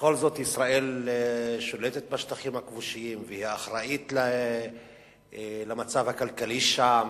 שבכל זאת ישראל שולטת בשטחים הכבושים והיא אחראית למצב הכלכלי שם